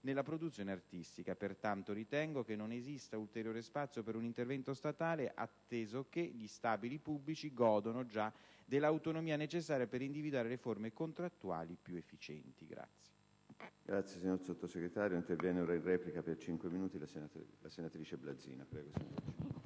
nella produzione artistica. Pertanto, ritengo che non esista ulteriore spazio per un intervento statale, atteso che gli stabili pubblici godono già dell'autonomia necessaria per individuare le forme contrattuali più efficienti.